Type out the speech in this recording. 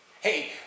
hey